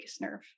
nerve